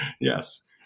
Yes